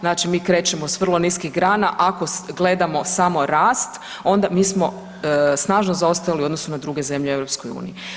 Znači mi krećemo s vrlo niskih grana ako gledamo samo rast onda mi smo snažno zaostajali u odnosu na druge zemlje u EU.